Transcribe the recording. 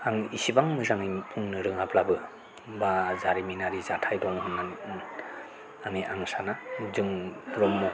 आं एसेबां मोजाङै बुंनो रोङाब्लाबो एबा जारिमानारि जाथाय दं होननानै माने आं साना जों ब्रह्म